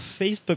Facebook